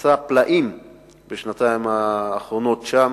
שעשה פלאים בשנתיים האחרונות שם,